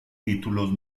títulos